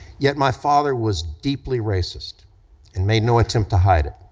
yet my father was deeply racist and made no attempt to hide it.